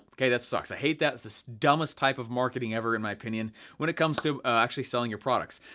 okay, that sucks, i hate that, it's the so dumbest type of marketing ever in my opinion when it comes to actually selling your products.